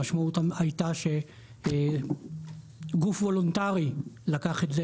המשמעות הייתה שגוף וולונטרי לקח את זה